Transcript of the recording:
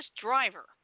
Driver